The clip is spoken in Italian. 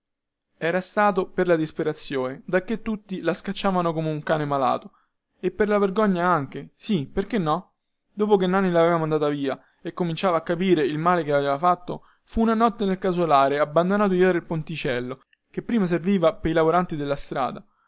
era stato per la disperazione dacchè tutti la scacciavano come un cane malato e per la vergogna anche sì perchè no dopo che nanni laveva mandata via e cominciava a capire il male che aveva fatto fu una notte nel casolare abbandonato dietro il ponticello che prima serviva pei lavoranti della strada